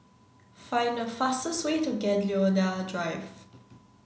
find the fastest way to Gladiola Drive